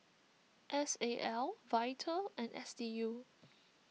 S A L Vital and S D U